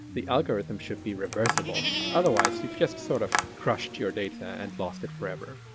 the algorithm should be reversable, otherwise you've just sort of crushed your data and lost it forever.